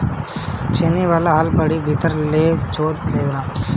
छेनी वाला हल बड़ी भीतर ले जोत देला